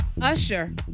Usher